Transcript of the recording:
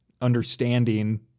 understanding